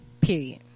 period